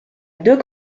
deux